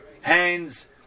hands